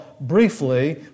briefly